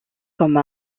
comme